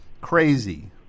crazy